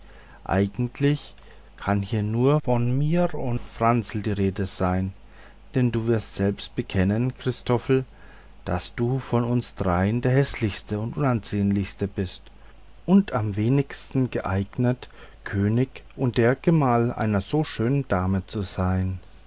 eigentlich kann hier nur von mir und franzel die rede sein denn du wirst selbst bekennen christoffel daß du von uns dreien der häßlichste und unansehnlichste bist und am wenigsten geeignet könig und der gemahl einer so schönen dame zu sein